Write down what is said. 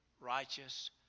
righteous